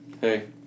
Hey